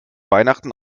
weihnachten